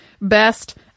Best